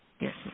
Yes